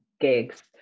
gigs